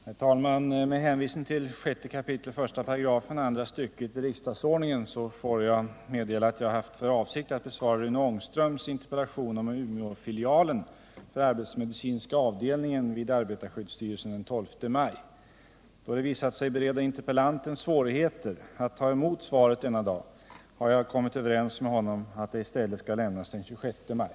Herr talman! Med hänvisning till 6 kap. 1 § andra stycket i riksdagsordningen får jag meddela att jag haft för avsikt att besvara Rune Ångströms interpellation om Umeåfilialen för arbetsmedicinska avdelningen vid arbetarskyddsstyrelsen den 12 maj. Då det visat sig bereda interpellanten svårigheter att ta emot svaret denna dag har jag kommit överens med honom om att det i stället skall lämnas den 26 maj.